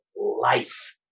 life